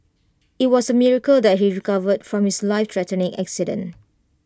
IT was A miracle that he recovered from his life threatening accident